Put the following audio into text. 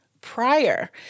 prior